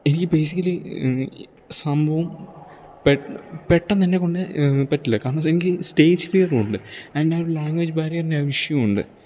എനിക്ക് ബേസിക്കലി സംഭവം പെട്ടെന്നെന്നേക്കൊണ്ട് പറ്റില്ല കാരണമെന്നു വെച്ചാൽ എനിക്ക് സ്റ്റേജ് ഫിയറുണ്ട് ആൻഡ് ആ ഒരു ലാങ്വേജ് ബാരിയറിൻറ്റെ ആ ഒരിഷ്യൂ ഉണ്ട് അപ്പം